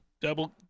double